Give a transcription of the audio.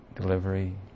delivery